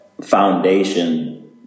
foundation